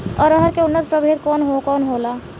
अरहर के उन्नत प्रभेद कौन कौनहोला?